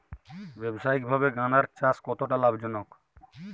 ব্যবসায়িকভাবে গাঁদার চাষ কতটা লাভজনক?